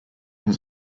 his